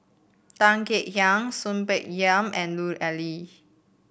Tan Kek Hiang Soon Peng Yam and Lut Ali